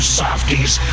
softies